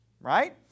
right